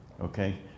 Okay